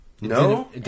No